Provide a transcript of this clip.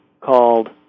called